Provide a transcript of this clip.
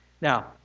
Now